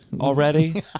already